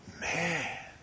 Man